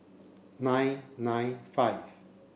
nine nine five